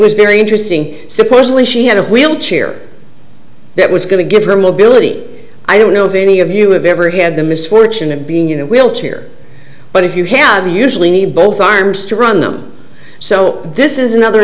was very interesting supposedly she had a wheelchair that was going to give her mobility i don't know if any of you have ever had the misfortune of being in a wheelchair but if you have you usually need both arms to run them so this is another